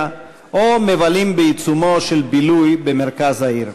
או מבלים בעיצומו של בילוי במרכז העיר.